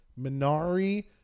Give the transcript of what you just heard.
Minari